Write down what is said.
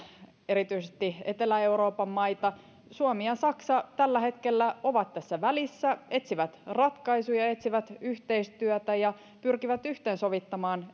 erityisesti etelä euroopan maita suomi ja saksa tällä hetkellä ovat tässä välissä etsivät ratkaisuja ja etsivät yhteistyötä ja pyrkivät yhteensovittamaan